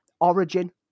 origin